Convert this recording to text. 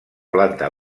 planta